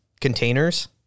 containers